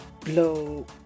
blow